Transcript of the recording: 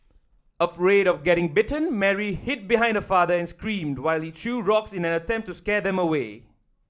afraid of getting bitten Mary hid behind her father and screamed while he threw rocks in an attempt to scare them away